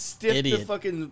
idiot